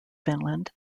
finland